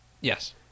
Yes